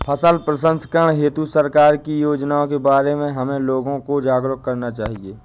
फसल प्रसंस्करण हेतु सरकार की योजनाओं के बारे में हमें लोगों को जागरूक करना चाहिए